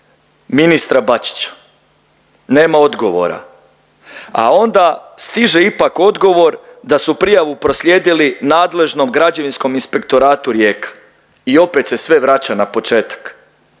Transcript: ministra Bačića, nema odgovora a onda stiže ipak odgovor da su prijavu proslijedili nadležnom Građevinskom inspektoratu Rijeka i opet se sve vraća na početak.